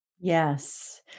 Yes